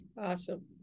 Awesome